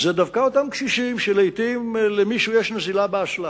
דווקא אותם קשישים, לעתים למישהו יש נזילה באסלה